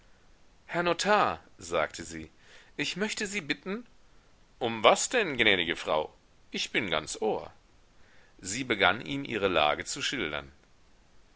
herr notar sagte sie ich möchte sie bitten um was denn gnädige frau ich bin ganz ohr sie begann ihm ihre lage zu schildern